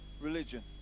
Religion